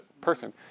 person